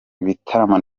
bitaramo